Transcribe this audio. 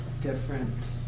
different